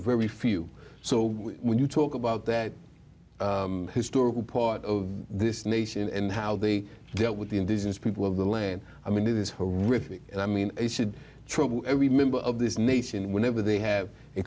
very few so when you talk about that historical part of this nation and how they dealt with the indigenous people of the land i mean it is her rich i mean should trouble every member of this nation whenever they have a